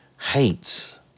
hates